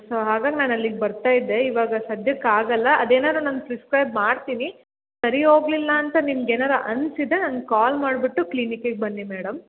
so ಹಾಗಾಗಿ ನಾನು ಅಲ್ಲಿಗೆ ಬರ್ತಾ ಇದ್ದೆ ಇವಾಗ ಸದ್ಯಕ್ಕೆ ಆಗೋಲ್ಲ ಅದು ಏನಾದ್ರು ನಾನು ಪ್ರಿಸ್ಕ್ರೈಬ್ ಮಾಡ್ತೀನಿ ಸರಿ ಹೋಗ್ಲಿಲ್ಲ ಅಂತ ನಿಮ್ಗೆ ಏನಾರೂ ಅನಿಸಿದ್ರೆ ನನ್ಗೆ ಕಾಲ್ ಮಾಡ್ಬಿಟ್ಟು ಕ್ಲಿನಿಕ್ಕಿಗೆ ಬನ್ನಿ ಮೇಡಮ್